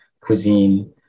cuisine